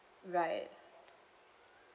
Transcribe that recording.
right